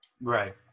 Right